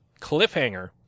cliffhanger